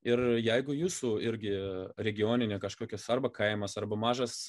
ir jeigu jūsų irgi regioninė kažkokia arba kaimas arba mažas